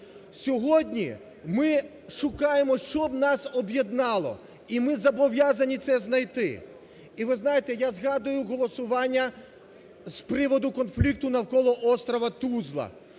Сьогодні ми шукаємо, що б нас об'єднало, і ми зобов'язанні це знайти. І ви знаєте, я згадую голосування з приводу конфлікту навколо острова Тузла.